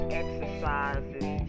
exercises